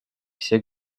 все